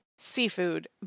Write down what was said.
seafood